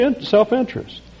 self-interest